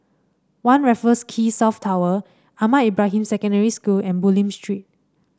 One Raffles Quay South Tower Ahmad Ibrahim Secondary School and Bulim Street